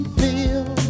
feel